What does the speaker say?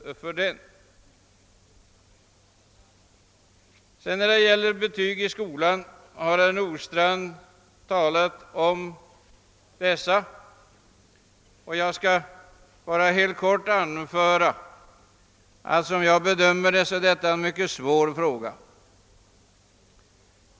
Vad sedan frågan om betyg i skolan angår har herr Nordstrandh redan varit inne på den, och jag vill nu bara säga att det enligt min bedömning är en mycket svår fråga.